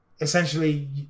Essentially